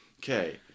Okay